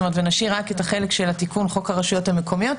ונשאיר רק את החלק של התיקון חוק הרשויות המקומיות,